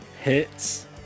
Hits